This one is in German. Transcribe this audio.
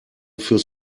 fürs